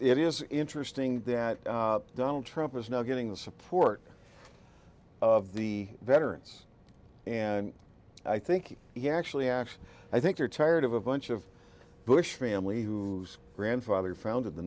it is interesting that donald trump is now getting the support of the veterans and i think he actually actually i think you're tired of a bunch of bush family who grandfather founded the